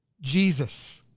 jesus,